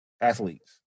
Athletes